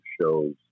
shows